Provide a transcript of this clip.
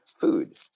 food